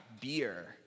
beer